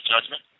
judgment